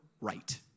right